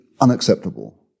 unacceptable